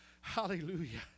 hallelujah